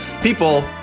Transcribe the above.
people